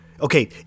okay